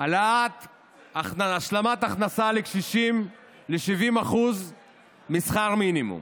השלמת הכנסה לקשישים ל-70% משכר מינימום,